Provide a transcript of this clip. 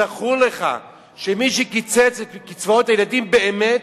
זכור לך שמי שקיצץ את קצבאות הילדים באמת,